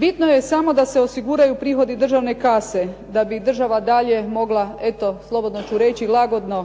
Bitno je samo da se osiguraju prihodi državne kase da bi država dalje mogla, eto slobodno ću reći lagodno